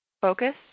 focus